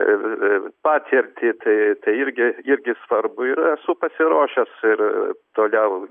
ir ir patirtį tai tai irgi irgi svarbu ir esu pasiruošęs ir toliau